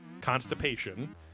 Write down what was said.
constipation